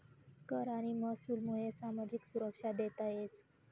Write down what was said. कर आणि महसूलमुये सामाजिक सुरक्षा देता येस